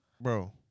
Bro